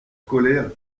colère